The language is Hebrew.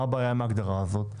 מה הבעיה עם ההגדרה הזאת?